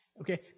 Okay